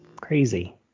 Crazy